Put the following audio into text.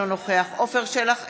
אינו נוכח עפר שלח,